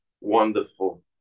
wonderful